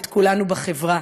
את כולנו בחברה.